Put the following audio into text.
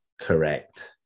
correct